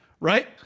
Right